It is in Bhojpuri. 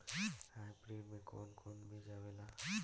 हाइब्रिड में कोवन कोवन बीज आवेला?